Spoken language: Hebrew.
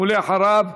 ואחריו,